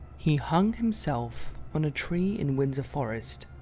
he hung himself on a tree in windsor forest,